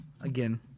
Again